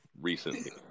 recently